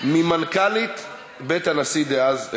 ממנכ"לית בית הנשיא דאז,